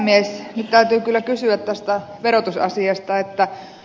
nyt täytyy kyllä kysyä tästä verotusasiasta